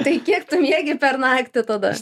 tai kiek tu miegi per naktį tada